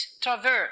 traverse